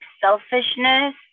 selfishness